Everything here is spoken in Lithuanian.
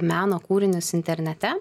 meno kūrinius internete